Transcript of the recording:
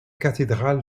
cathédrale